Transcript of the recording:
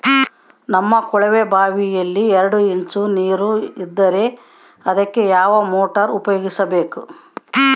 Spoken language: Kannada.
ನಮ್ಮ ಕೊಳವೆಬಾವಿಯಲ್ಲಿ ಎರಡು ಇಂಚು ನೇರು ಇದ್ದರೆ ಅದಕ್ಕೆ ಯಾವ ಮೋಟಾರ್ ಉಪಯೋಗಿಸಬೇಕು?